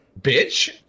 bitch